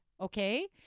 Okay